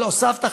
אבל הוספת,